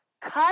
cut